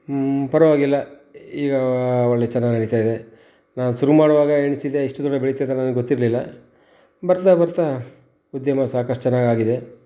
ಪರವಾಗಿಲ್ಲ ಈಗ ಒಳ್ಳೆ ಚೆನ್ನಾಗ್ ನಡಿತಾ ಇದೆ ನಾನು ಶುರು ಮಾಡುವಾಗ ಎಣ್ಸಿದೆ ಇಷ್ಟು ದೊಡ್ಡ ಬೆಳೆಯುತ್ತೆ ಅಂತ ನನಗೆ ಗೊತ್ತಿರಲಿಲ್ಲ ಬರ್ತಾ ಬರ್ತಾ ಉದ್ಯಮ ಸಾಕಷ್ಟು ಚೆನ್ನಾಗಾಗಿದೆ